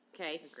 Okay